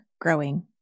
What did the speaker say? growing